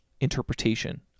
interpretation